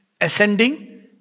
ascending